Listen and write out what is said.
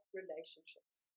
relationships